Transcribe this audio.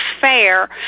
fair